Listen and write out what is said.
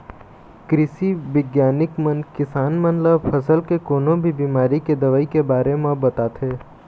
कृषि बिग्यानिक मन किसान मन ल फसल के कोनो भी बिमारी के दवई के बारे म बताथे